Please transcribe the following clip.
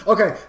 Okay